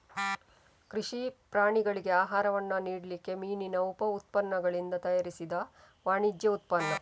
ಕೃಷಿ ಪ್ರಾಣಿಗಳಿಗೆ ಆಹಾರವನ್ನ ನೀಡ್ಲಿಕ್ಕೆ ಮೀನಿನ ಉಪ ಉತ್ಪನ್ನಗಳಿಂದ ತಯಾರಿಸಿದ ವಾಣಿಜ್ಯ ಉತ್ಪನ್ನ